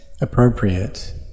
appropriate